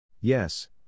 Yes